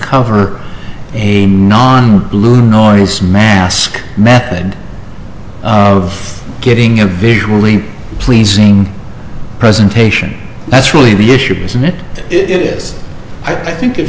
for a non blue noise mask method of getting a visually pleasing presentation that's really the issue isn't it that it is i think it